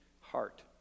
heart